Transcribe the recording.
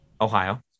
Ohio